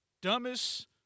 dumbest